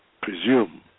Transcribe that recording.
presume